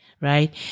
right